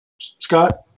Scott